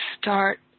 start